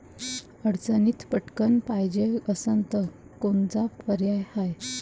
अडचणीत पटकण पायजे असन तर कोनचा पर्याय हाय?